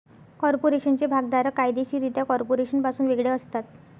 कॉर्पोरेशनचे भागधारक कायदेशीररित्या कॉर्पोरेशनपासून वेगळे असतात